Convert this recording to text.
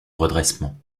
redressement